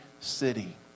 city